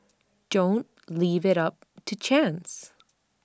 don't leave IT up to chance